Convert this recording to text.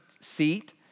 seat